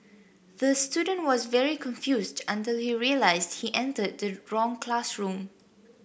the student was very confused until he realised he entered the wrong classroom